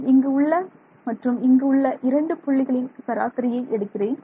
நான் இங்கு உள்ள மற்றும் இங்கு உள்ள இரண்டு புள்ளிகளின் சராசரியை எடுக்கிறேன்